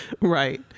Right